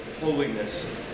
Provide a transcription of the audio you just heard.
holiness